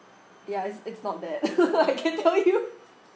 ya it's it's not that I can tell you